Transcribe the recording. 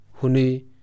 huni